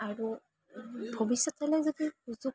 আৰু ভৱিষ্য়তলৈ যদি সুযোগ